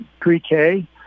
pre-K